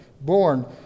born